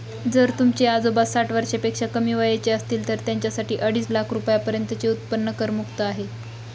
जर तुमचे आजोबा साठ वर्षापेक्षा कमी वयाचे असतील तर त्यांच्यासाठी अडीच लाख रुपयांपर्यंतचे उत्पन्न करमुक्त आहे